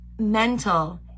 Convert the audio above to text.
mental